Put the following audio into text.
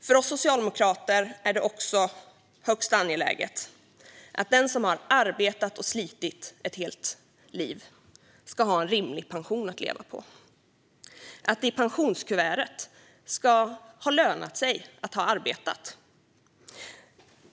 För oss socialdemokrater är det också högst angeläget att den som har arbetat och slitit ett helt liv ska ha en rimlig pension att leva på. Man ska se i pensionskuvertet att det har lönat sig att arbeta.